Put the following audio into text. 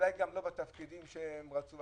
ואולי לא בתפקידים שרצו.